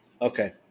Okay